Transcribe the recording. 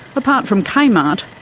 apart from kmart,